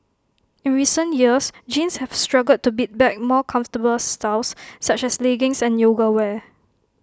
in recent years jeans have struggled to beat back more comfortable styles such as leggings and yoga wear